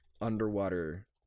underwater